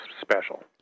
special